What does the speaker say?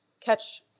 catch